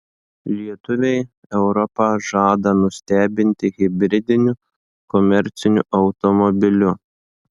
lietuviai europą žada nustebinti hibridiniu komerciniu automobiliu